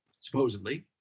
supposedly